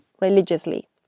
religiously